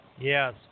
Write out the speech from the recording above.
Yes